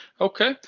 Okay